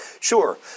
Sure